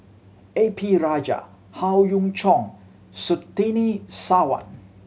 A P Rajah Howe Yoon Chong and Surtini Sarwan